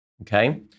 okay